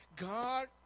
God